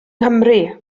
nghymru